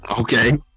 Okay